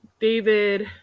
David